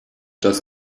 das